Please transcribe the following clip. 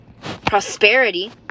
prosperity